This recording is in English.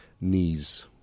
knees